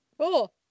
cool